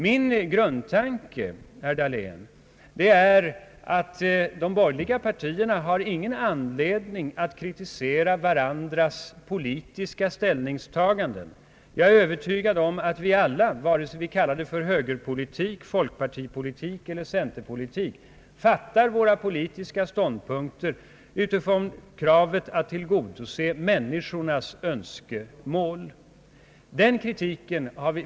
Min grundtanke, herr Dahlén, är att de borgerliga partierna inte har någon anledning att kritisera varandras politiska ställningstaganden. Jag är övertygad om att vi alla, vare sig vi kallar det för högerpolitik, folkpartipolitik eller centerpartipolitik, intar våra politiska ståndpunkter utifrån kravet att tillgodose människornas önskemål.